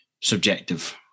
subjective